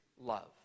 love